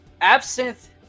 Absinthe